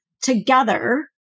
Together